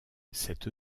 cette